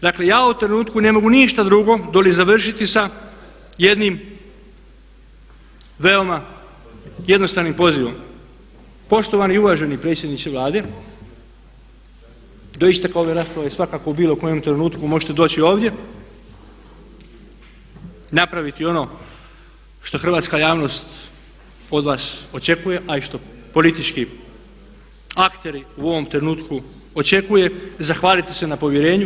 Dakle, ja u ovom trenutku ne mogu ništa drugo doli završiti sa jednim veoma jednostavnim pozivom poštovani i uvaženi predsjedniče Vlade do isteka ove rasprave svakako u bilo kojem trenutku možete doći ovdje, napraviti ono što hrvatska javnost od vas očekuje, a i što politički akteri u ovom trenutku očekuju zahvaliti se na povjerenju.